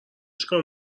چیکار